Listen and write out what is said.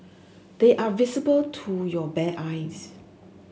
they are visible to your bare eyes